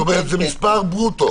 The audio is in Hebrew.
זאת אומרת, זה מספר ברוטו.